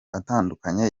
atandukanye